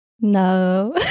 No